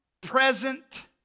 present